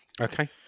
Okay